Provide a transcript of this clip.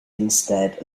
instead